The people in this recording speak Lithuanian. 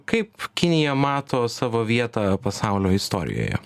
kaip kinija mato savo vietą pasaulio istorijoje